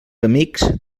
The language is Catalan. amics